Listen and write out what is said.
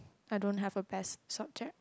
I don't have a best subject